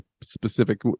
specific